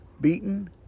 beaten